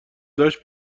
داشت